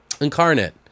Incarnate